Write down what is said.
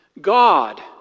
God